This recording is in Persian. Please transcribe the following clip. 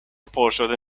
پرشده